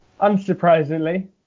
Unsurprisingly